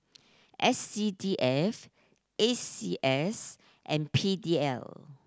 S C D F A C S and P D L